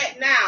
now